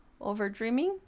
Overdreaming